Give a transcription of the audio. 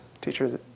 teachers